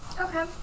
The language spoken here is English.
Okay